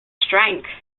strength